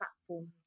platforms